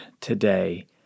today